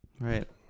Right